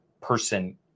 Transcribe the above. person